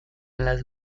las